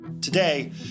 Today